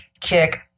kick